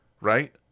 right